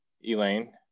Elaine